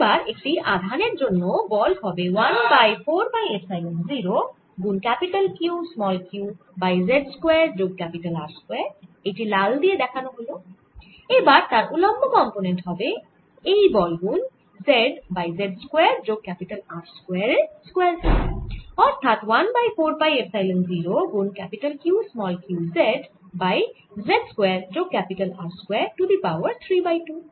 এবার একটি আধানের জন্য বল হবে 1 বাই 4 পাই এপসাইলন 0 গুন Q q by z square যোগ R স্কয়ার এই টি লাল দিয়ে দেখানো বল এবার তার উল্লম্ব কম্পোনেন্ট হবে এই বল গুন z বাই z স্কয়ার যোগ R স্কয়ারের স্কয়ার রুট অর্থাৎ 1 বাই 4 পাই এপসাইলন 0 গুন Q q z by z square যোগ R square to the power 3 by 2